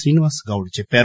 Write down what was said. శ్రీనివాస్ గౌడ్ చెప్పారు